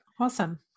awesome